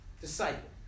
disciple